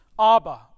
Abba